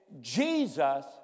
Jesus